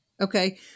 Okay